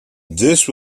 these